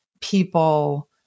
people